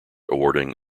awarding